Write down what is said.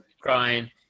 crying